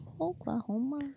Oklahoma